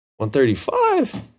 135